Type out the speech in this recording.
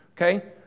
Okay